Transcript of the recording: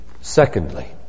Secondly